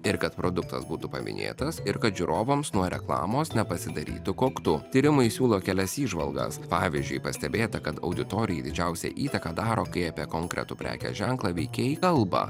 ir kad produktas būtų paminėtas ir kad žiūrovams nuo reklamos nepasidarytų koktu tyrimai siūlo kelias įžvalgas pavyzdžiui pastebėta kad auditorijai didžiausią įtaką daro kai apie konkretų prekės ženklą veikėjai kalba